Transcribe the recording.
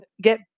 get